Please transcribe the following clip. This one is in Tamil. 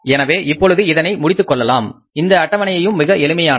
எனவே இப்பொழுது இதனை முடித்துக் கொள்ளலாம் இந்த அட்டவணையும் மிக எளிமையானது